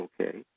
okay